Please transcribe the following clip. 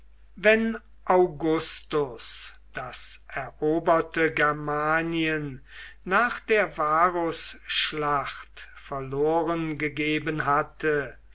wenn augustus das eroberte germanien nach der varusschlacht verloren gegeben hatte